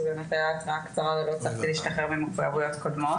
זו באמת הייתה התראה קצרה ולא הצלחתי להשתחרר ממחויבויות קודמות.